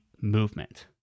movement